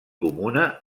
comuna